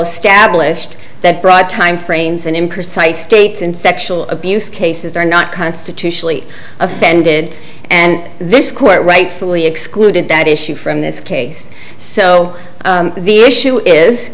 established that broad timeframes and imprecise states in sexual abuse cases are not constitutionally offended and this court rightfully excluded that issue from this case so the issue is